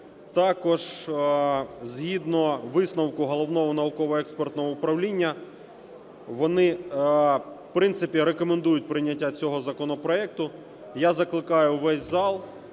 Також, згідно висновку Головного науково-експертного управління, вони, в принципі, рекомендують прийняття цього законопроекту. Я закликаю весь зал